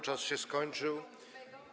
Czas się skończył.